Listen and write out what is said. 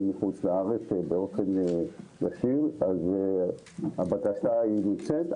ואז אני אסכם ונסגור את הישיבה כי אתה צריך לצאת.